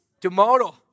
tomorrow